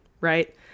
right